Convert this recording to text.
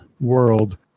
world